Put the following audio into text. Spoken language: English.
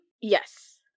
Yes